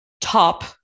top